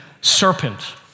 serpent